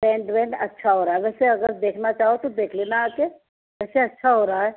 pant وینٹ اچھا ہو رہا ہے ویسے اگر دیکھنا چاہو تو دیکھ لینا آ کے ویسے اچھا ہو رہا ہے